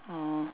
ah